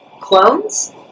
Clones